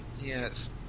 Yes